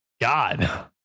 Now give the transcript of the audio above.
God